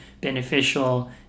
beneficial